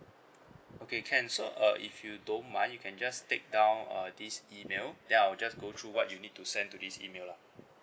okay can so uh if you don't mind you can just take down err this email then I'll just go through what you need to send to this email lah